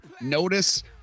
notice